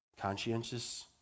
Conscientious